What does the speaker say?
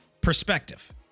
perspective